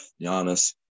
Giannis